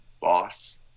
boss